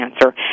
cancer